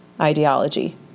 ideology